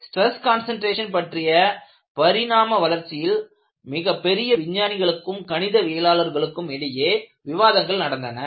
stress concentration பற்றிய பரிணாம வளர்ச்சியில் மிகப்பெரிய விஞ்ஞானிகளுக்கும் கணிதவியலாளர் களுக்கும் இடையே விவாதங்கள் நடந்தன